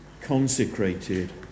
consecrated